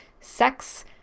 sex